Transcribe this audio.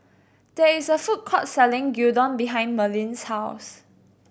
there is a food court selling Gyudon behind Merlene's house